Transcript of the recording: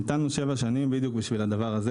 המתנו שבע שנים בדיוק בגלל זה.